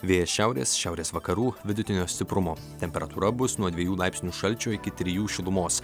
vėjas šiaurės šiaurės vakarų vidutinio stiprumo temperatūra bus nuo dviejų laipsnių šalčio iki trijų šilumos